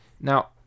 now